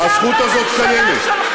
הזכות הזאת קיימת,